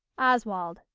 oswald.